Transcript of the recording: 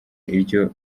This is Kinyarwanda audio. iryo